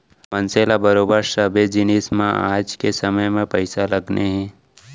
मनसे ल बरोबर सबे जिनिस म आज के समे म पइसा लगने हे